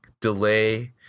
delay